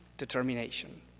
determination